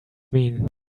mean